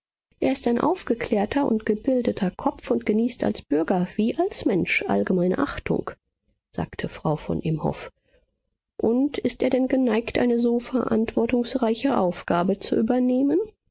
er ist ein aufgeklärter und gebildeter kopf und genießt als bürger wie als mensch allgemeine achtung sagte frau von imhoff und ist er denn geneigt eine so verantwortungsreiche aufgabe zu übernehmen